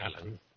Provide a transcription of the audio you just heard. Alan